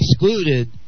excluded